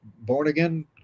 born-again